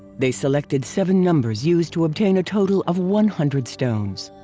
they selected seven numbers used to obtain a total of one hundred stones.